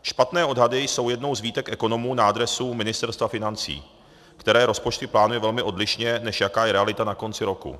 Špatné odhady jsou jednou z výtek ekonomů na adresu Ministerstva financí, které rozpočty plánuje velmi odlišně, než jaká je realita na konci roku.